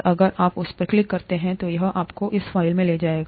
और अगर आप उस पर क्लिक करते हैं तो यह आपको इस फाइल में ले जाएगा